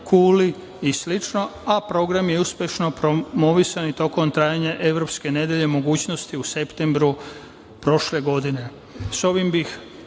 Kuli i slično. Program je uspešno promovisan i tokom trajanja Evropske nedelje mogućnosti u septembru prošle godine.S ovim bih